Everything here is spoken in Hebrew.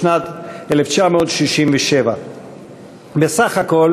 בשנת 1967. בסך הכול